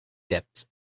depth